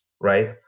Right